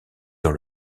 dans